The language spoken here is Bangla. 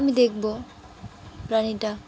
আমি দেখব প্রাণীটা